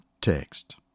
text